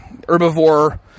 herbivore